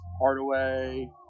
Hardaway